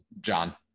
John